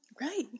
Right